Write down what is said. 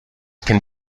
can